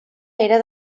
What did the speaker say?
era